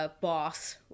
Boss